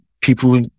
people